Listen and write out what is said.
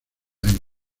año